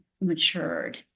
matured